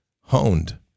honed